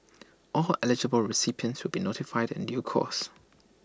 all eligible recipients will be notified in due course